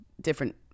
different